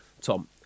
Tom